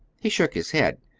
he shook his head.